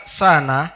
sana